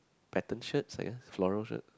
pattern shirt I guess flora shirt